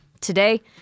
Today